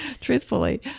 truthfully